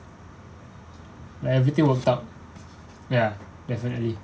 like everything work out ya definitely